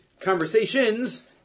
conversations